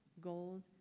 gold